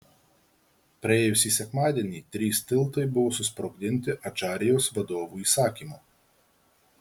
praėjusį sekmadienį trys tiltai buvo susprogdinti adžarijos vadovų įsakymu